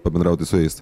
pabendrauti su jais